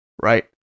Right